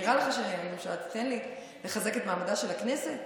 נראה לך שהממשלה תיתן לי לחזק את מעמדה של הכנסת?